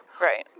right